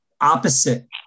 opposite